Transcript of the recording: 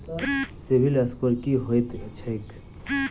CIBIL score की होइत छैक?